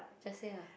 just say lah